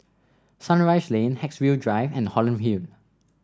Sunrise Lane Haigsville Drive and Holland Hill